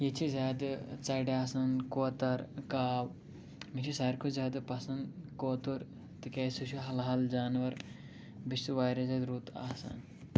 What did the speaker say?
ییٚتہِ چھِ زیادٕ ژرِ آسان کوٗتر کاو مےٚ چھُ سارِوٕے کھۅتہٕ زیادٕ پَسنٛد کوٗتُر تِکیٛازٕ سُہ چھُ حلال جانور بیٚیہِ چھُ واریاہ زیادٕ رُت آسان